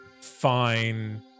fine